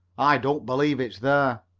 i don't believe it's there.